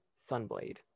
sunblade